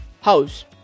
house